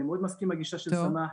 אני מאוד מסכים עם הגישה של סמאח,